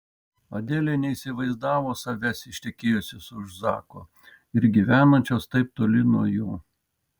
adelė neįsivaizdavo savęs ištekėjusios už zako ir gyvenančios taip toli nuo jo